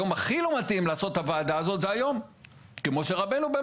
היום הכי לא מתאים לעשות את הוועדה הזאת הוא היום כי באמת,